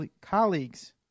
colleagues